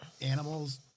animals